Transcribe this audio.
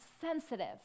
sensitive